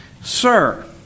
Sir